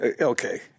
okay